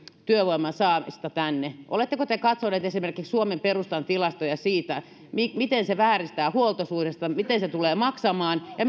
työvoiman saamista tänne oletteko te katsoneet esimerkiksi suomen perustan tilastoja siitä miten sen vääristää huoltosuhdetta mitä se tulee maksamaan ja